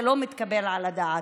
זה לא מתקבל על הדעת.